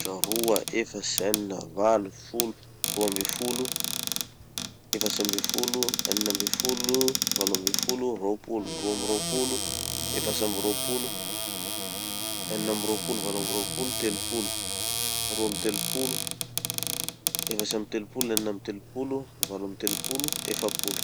Aotra, roa, efatsy, enina, valo, folo, roa amby folo, efatsy amby folo, enina amby folo, valo amby folo, rôpolo, roa amby rôpolo, efatsy amby rôpolo, enina amby rôpolo, valo amby rôpolo, telopolo, roa amby telopolo, efatsy amby telopolo, enina amby telopolo, valo amby telopolo, efapolo.